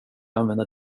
använda